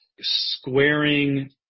squaring